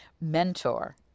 mentor